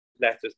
letters